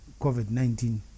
COVID-19